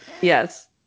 yes